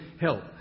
help